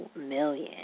million